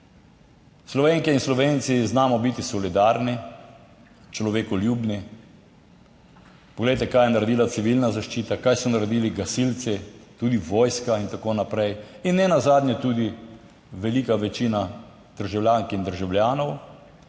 Slovenke in Slovenci, znamo biti solidarni, človekoljubni. Poglejte, kaj je naredila civilna zaščita, kaj so naredili gasilci, tudi vojska in tako naprej in nenazadnje tudi velika večina državljank in državljanov,